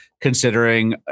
considering